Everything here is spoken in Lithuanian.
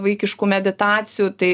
vaikiškų meditacijų tai